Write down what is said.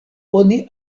oni